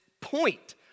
point